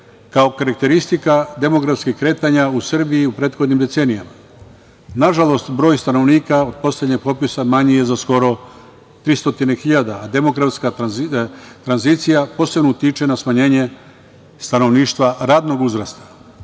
kao karakteristika demografskih kretanja u Srbiji u prethodnim decenijama. Nažalost, broj stanovnika od poslednjeg popisa manji je za skoro 300.000, a demografska tranzicija posebno utiče na smanjenje stanovništva radnog uzrasta. Izmenama